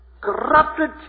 corrupted